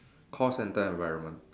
call centre environment